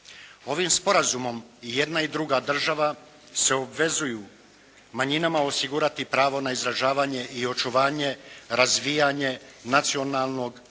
Ovim sporazumom i jedna i druga država se obvezuju manjinama osigurati pravo na izražavanje i očuvanje, razvijanje nacionalnog, kulturnog,